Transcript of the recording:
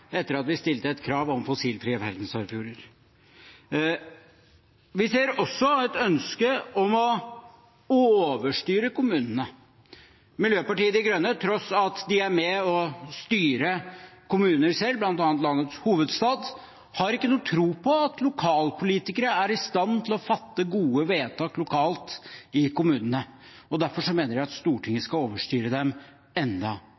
etter at vi stilte et krav om fossilfrie verdensarvfjorder. Vi ser også et ønske om å overstyre kommunene. Miljøpartiet De Grønne – til tross for at de er med og styrer kommuner selv, bl.a. landets hovedstad – har ikke noen tro på at lokalpolitikere er i stand til å fatte gode vedtak lokalt i kommunene. Derfor mener de at Stortinget skal overstyre dem enda